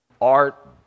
art